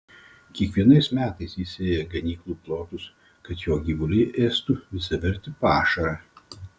kiekvienais metais įsėja ganyklų plotus kad jo gyvuliai ėstų visavertį pašarą